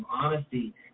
honesty